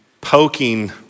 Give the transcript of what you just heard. poking